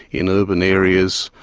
in urban areas,